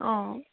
অঁ